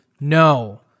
No